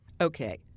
Okay